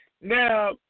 now